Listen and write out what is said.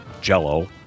Jello